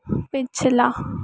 पिछला